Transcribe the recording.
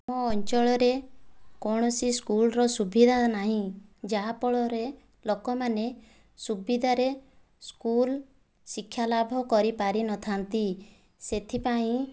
ଆମ ଅଞ୍ଚଳରେ କୌଣସି ସ୍କୁଲର ସୁବିଧା ନାହିଁ ଯାହା ଫଳରେ ଲୋକମାନେ ସୁବିଧାରେ ସ୍କୁଲ ଶିକ୍ଷାଲାଭ କରିପାରିନଥାନ୍ତି ସେଥିପାଇଁ